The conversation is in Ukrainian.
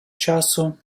часу